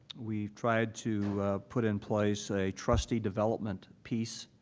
we've tried to put in place a trustee development piece.